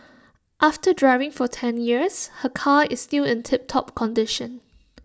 after driving for ten years her car is still in tiptop condition